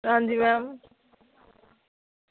हां जी मैम